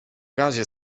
razie